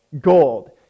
gold